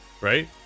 right